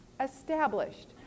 established